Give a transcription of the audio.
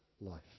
life